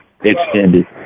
extended